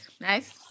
Nice